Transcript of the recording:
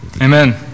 Amen